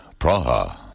Praha